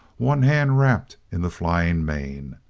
one hand wrapped in the flying mane.